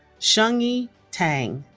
shunqi tang